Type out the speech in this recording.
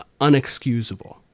unexcusable